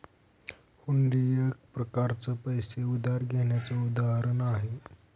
हुंडी एक प्रकारच पैसे उधार घेण्याचं उदाहरण आहे